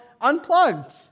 unplugged